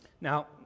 Now